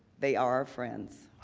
they are our friends.